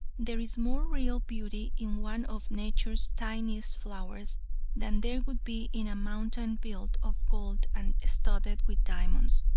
there is more real beauty in one of nature's tiniest flowers than there would be in a mountain built of gold and studded with diamonds,